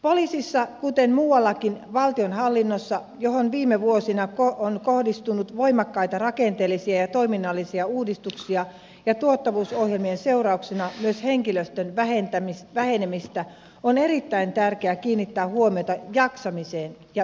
poliisissa kuten muuallakin valtionhallinnossa johon viime vuosina on kohdistunut voimakkaita rakenteellisia ja toiminnallisia uudistuksia ja tuottavuusohjelmien seurauksena myös henkilöstön vähenemistä on erittäin tärkeää kiinnittää huomiota jaksamiseen ja työhyvinvointiin